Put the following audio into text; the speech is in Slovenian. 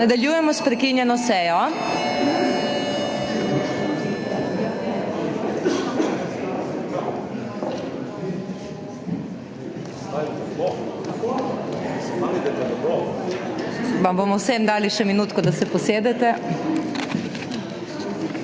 Nadaljujemo s prekinjeno sejo. Vseeno vam bomo dali še minutko, da se posedete.